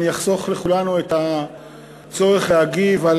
אני אחסוך לכולנו את הצורך להגיב על